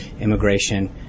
immigration